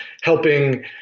helping